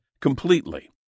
completely